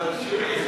אבל שולי היא חזקה.